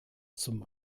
zum